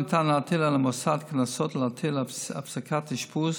ניתן להטיל על המוסד קנסות ולהטיל הפסקת אשפוז,